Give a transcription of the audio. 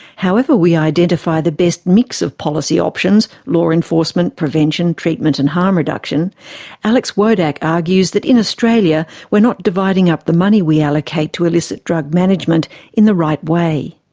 however we identify the best mix of policy options law enforcement, prevention, treatment and harm reduction alex wodak argues that in australia we are not dividing up the money we allocate to illicit drug management in the right way.